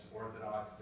orthodox